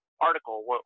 Article